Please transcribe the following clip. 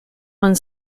one